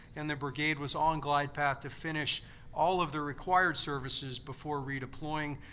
and the brigade was on glide path to finish all of the required services before redeploying,